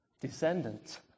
descendants